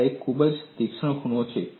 આ એક ખૂબ જ તીક્ષ્ણ ખૂણો છે